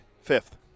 fifth